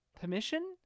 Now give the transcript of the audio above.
permission